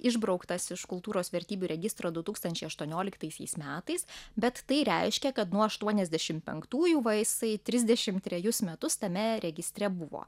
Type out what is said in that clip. išbrauktas iš kultūros vertybių registro du tūkstančiai aštuonioliktaisiais metais bet tai reiškia kad nuo aštuoniasdešim penktųjų va jisai trisdešim trejus metus tame registre buvo